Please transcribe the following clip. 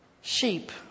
sheep